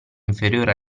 inferiore